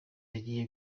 yagiye